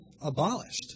abolished